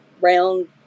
round